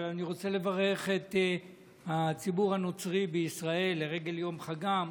אבל אני רוצה לברך את הציבור הנוצרי בישראל לרגל יום חגם,